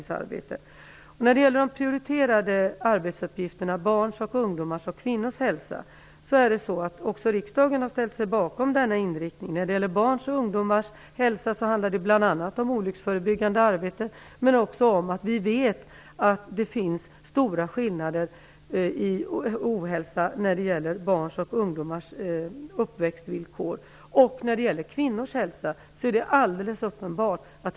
Riksdagen har ställt sig bakom prioriteringen av arbetsuppgifterna som gäller inriktningen på barns, kvinnors och ungdomars hälsa. När det gäller barns och ungdomars hälsa handlar det bl.a. om olycksförebyggande arbete, men också om de stora skillnader i ohälsa som finns i barns och ungdomars uppväxtvillkor.